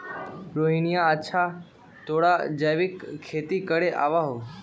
रोहिणीया, अच्छा तोरा जैविक खेती करे आवा हाउ?